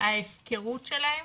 ההפקרות שלהם,